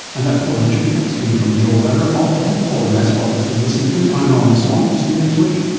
and that report on sugar tax came from joel werner of the health report, and that's what you've been listening to. i'm norman swan, see you next week